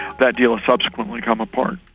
that deal has subsequently come apart.